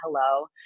hello